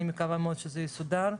אני מקווה מאוד שזה יסודר.